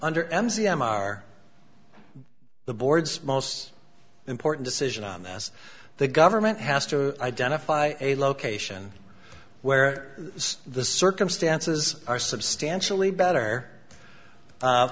under m z m r the board's most important decision on that the government has to identify a location where the circumstances are substantially better